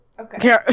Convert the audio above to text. Okay